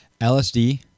LSD